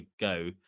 go